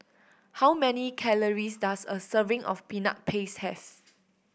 how many calories does a serving of Peanut Paste have